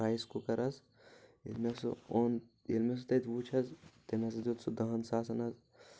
rice cooker حظ ییٚلہِ مےٚ سُہ اوٚن ییٚلہِ مےٚ سُہ تَتہِ وُچھ حظ تٔمۍ حظ دیتیٚو سُہ دہن ساسن حظ